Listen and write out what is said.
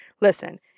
listen